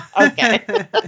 Okay